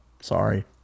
sorry